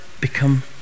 become